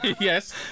Yes